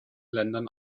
ländern